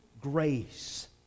grace